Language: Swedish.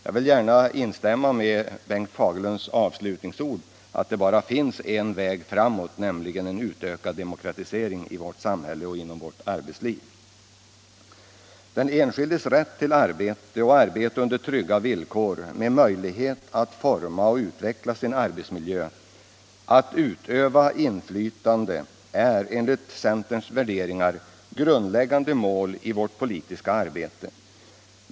Jag vill gärna instämma i Bengt Fagerlunds avslutningsord, att det bara finns en väg framåt, nämligen en fortsatt demokratisering av vårt samhälle och inom vårt arbetsliv. Den enskildes rätt till arbete och arbete under trygga villkor, med möjlighet att forma och utveckla sin arbetsmiljö och att utöva inflytande, är enligt centerns värderingar grundläggande mål i vårt politiska arbete.